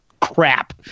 crap